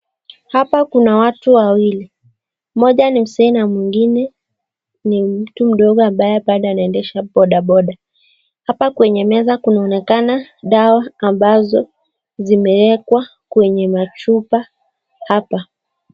Hapa kuna watu wawili. Mmoja ni mzee na mwingine ni mtu mdogo ambaye bado anaendesha bodaboda. Hapa kwa meza kunaonekana dawa ambazo zimeekwa kwenye machupa hapa.